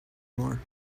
more